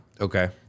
Okay